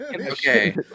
okay